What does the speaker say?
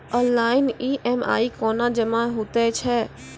Online EMI कूना जमा हेतु छै?